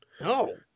No